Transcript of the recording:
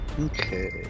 okay